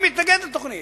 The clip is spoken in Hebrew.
אני מתנגד לתוכנית.